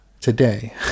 today